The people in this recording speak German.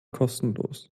kostenlos